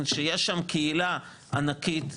כשיש שם קהילה יהודית, ענקית,